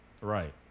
Right